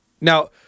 now